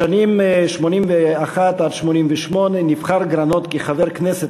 בשנים 1981 1988 כיהן גרנות כחבר כנסת